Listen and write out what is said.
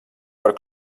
var